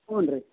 ಹ್ಞೂ ರೀ